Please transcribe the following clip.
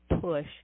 push